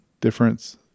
difference